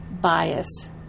bias